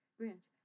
branch